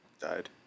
Died